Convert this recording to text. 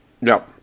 No